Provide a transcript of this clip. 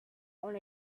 own